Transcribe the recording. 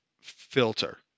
filter